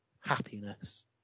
happiness